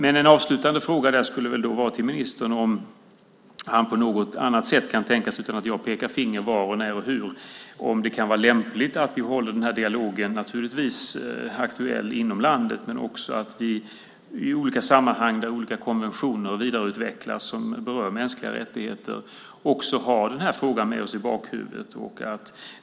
En avslutande fråga till ministern är om han på något annat sätt kan tänka sig, utan att jag pekar finger om var, när och hur, att det är lämpligt att vi håller denna dialog aktuell inom landet men också att vi i olika sammanhang där olika konventioner vidareutvecklas som berör mänskliga rättigheter har den här frågan med oss i bakhuvudet.